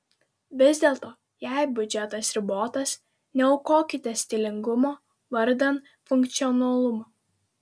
vis dėlto jei biudžetas ribotas neaukokite stilingumo vardan funkcionalumo